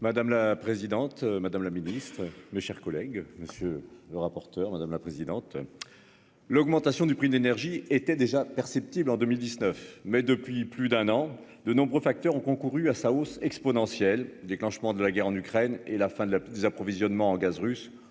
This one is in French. Madame la présidente, madame la ministre, mes chers collègues, monsieur le rapporteur, madame la présidente. L'augmentation du prix de l'énergie était déjà perceptible en 2019 mais depuis plus d'un an. De nombreux facteurs ont concouru à sa hausse exponentielle déclenchement de la guerre en Ukraine et la fin de la baisse des approvisionnements en gaz russe,